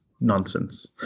nonsense